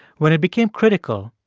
when it became critical,